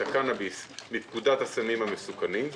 את הקנאביס מפקודת הסמים המסוכנים,